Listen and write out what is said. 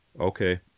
Okay